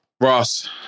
Ross